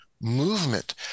movement